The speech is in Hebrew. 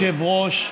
אדוני היושב-ראש.